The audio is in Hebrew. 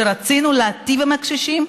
שרצינו להיטיב עם הקשישים,